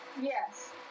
Yes